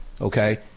okay